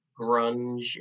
grunge